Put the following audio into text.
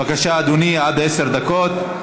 בבקשה, אדוני, עד עשר דקות.